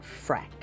Frack